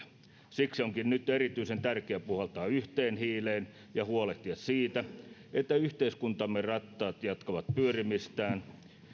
siksi onkin nyt erityisen tärkeää puhaltaa yhteen hiileen ja huolehtia siitä että yhteiskuntamme rattaat jatkavat pyörimistään